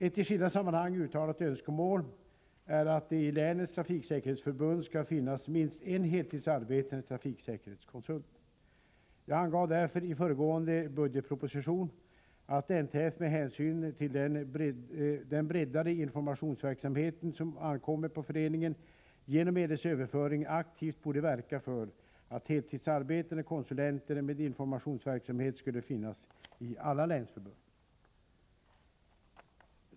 Ett i skilda sammanhang uttalat önskemål är att det i länens trafiksäkerhetsförbund skall finnas minst en heltidsarbetande trafiksäkerhetskonsult. Jag angav därför i föregående budgetproposition att NTF, med hänsyn till den breddade informationsverksamheten som ankommer på föreningen genom medelsöverföringen, aktivt borde verka för att heltidsarbetande konsulenter med informationsverksamhet skulle finnas i alla länsförbund.